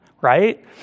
right